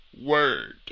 word